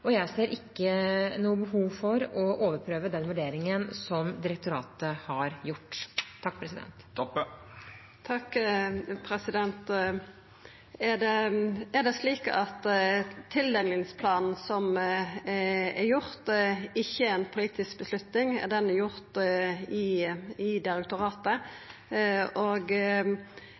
Jeg ser ikke noe behov for å overprøve den vurderingen som direktoratet har gjort. Er det slik at tildelingsplanen som er laga, ikkje er ei politisk avgjerd? Er han laga i direktoratet? Heller ikkje i